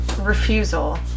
refusal